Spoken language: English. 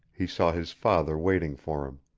he saw his father waiting for him.